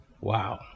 wow